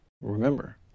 Remember